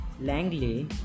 Langley